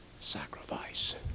Sacrifice